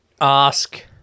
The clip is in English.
ask